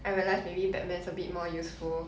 I realized maybe batman is a bit more useful